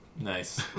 Nice